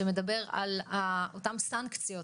שמדבר על אותן סנקציות